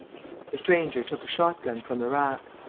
the stranger took a shotgun from the rack.